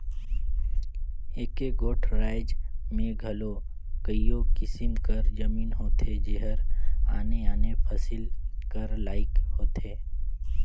एके गोट राएज में घलो कइयो किसिम कर जमीन होथे जेहर आने आने फसिल कर लाइक होथे